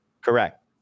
Correct